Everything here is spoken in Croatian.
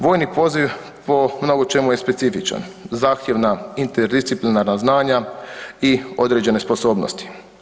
Vojni poziv po mnogočemu je specifičan, zahtjevna, interdisciplinarna znanja i određene sposobnosti.